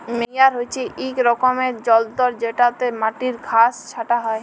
মেয়ার হছে ইক রকমের যল্তর যেটতে মাটির ঘাঁস ছাঁটা হ্যয়